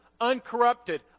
uncorrupted